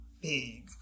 Big